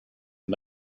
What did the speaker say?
and